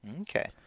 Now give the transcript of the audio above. Okay